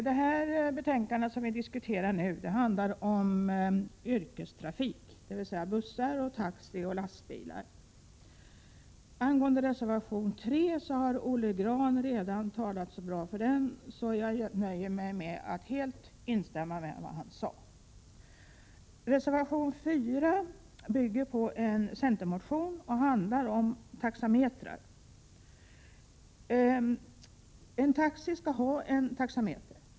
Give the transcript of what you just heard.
Herr talman! Det betänkande vi nu diskuterar handlar om yrkestrafik, dvs. bussar, taxi och lastbilar. Reservation 3 har Olle Grahn redan talat så bra för, varför jag nöjer mig med att helt instämma i vad han sade. Reservation 4 bygger på en centermotion och handlar om taxametrar. En taxi skall ha en taxameter.